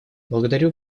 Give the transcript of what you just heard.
благодарю